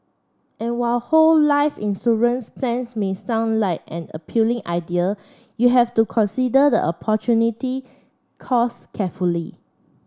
and while whole life insurance plans may sound like an appealing idea you have to consider the opportunity costs carefully